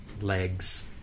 legs